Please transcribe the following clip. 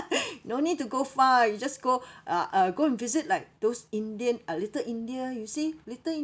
no need to go far you just go uh uh go and visit like those indian uh little india you see little india